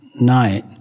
night